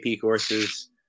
courses